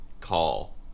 call